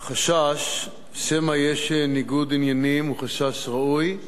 החשש שמא יש ניגוד ענייניים הוא חשש ראוי,